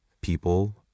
people